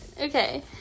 Okay